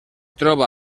troba